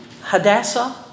Hadassah